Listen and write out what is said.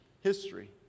history